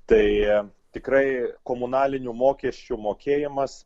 tai tikrai komunalinių mokesčių mokėjimas